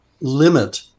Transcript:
limit